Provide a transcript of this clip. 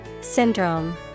Syndrome